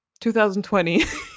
2020